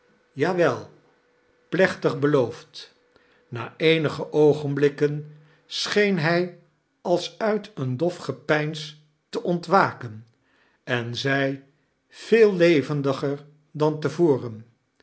jawel plechtig beloofd na eenige oogenblikken scheen hij als uit een dof gepeins te ontwaken en zei veel levendiger dan